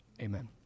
Amen